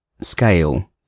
scale